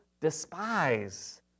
despise